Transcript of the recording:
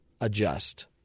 adjust